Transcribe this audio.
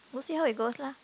see how it goes lah